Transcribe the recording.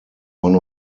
one